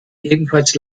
ebenfalls